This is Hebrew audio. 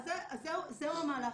אז זהו המהלך.